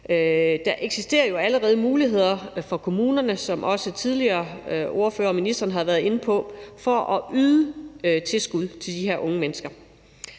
Der eksisterer jo allerede muligheder for kommunerne, som også tidligere ordførere og ministeren har været inde på, for at yde tilskud til de her unge mennesker,